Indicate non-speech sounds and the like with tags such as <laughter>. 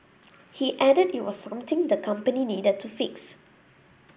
<noise> he added it was something the company needed to fix